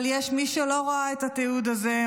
אבל יש מי שלא ראו את התיעוד הזה,